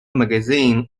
magazine